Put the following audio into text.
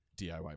diy